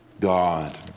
God